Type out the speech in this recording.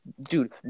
Dude